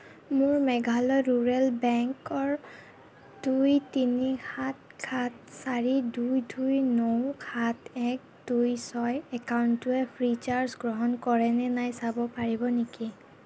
মোৰ মেঘালয় ৰুৰেল বেংকৰ দুই তিনি সাত সাত চাৰি দুই দুই ন সাত এক দুই ছয় একাউণ্টটোৱে ফ্ৰী চাৰ্জ গ্ৰহণ কৰে নে নাই চাব পাৰিব নেকি